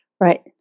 Right